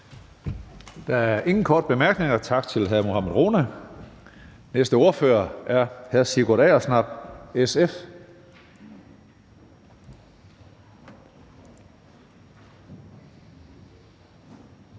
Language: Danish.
Der er ingen korte bemærkninger. Tak til hr. Mohammad Rona. Næste ordfører er hr. Sigurd Agersnap, SF.